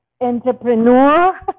entrepreneur